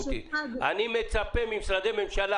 אני מצפה ממשרדי ממשלה